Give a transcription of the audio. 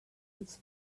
its